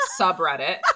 subreddit